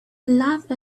love